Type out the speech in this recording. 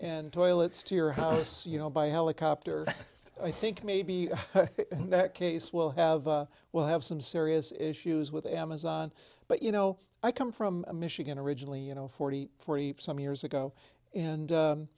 and toilets to your house you know by helicopter i think maybe that case will have well have some serious issues with amazon but you know i come from michigan originally you know forty forty some years ago and